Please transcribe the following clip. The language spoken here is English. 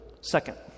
Second